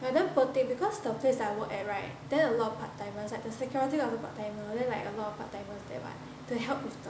like damn poor thing because the place I work at right there a lot of part timers eh like the security guard also part timer then like a lot of part timers there [what] to help with the